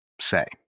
say